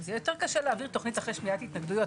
זה יהיה יותר קשה להעביר תוכנית אחרי שמיעת התנגדויות,